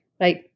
right